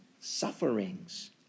sufferings